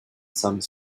some